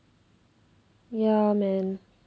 ya man